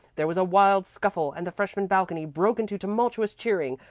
there was a wild scuffle and the freshman balcony broke into tumultuous cheering,